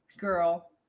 girl